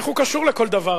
איך הוא קשור לכל דבר,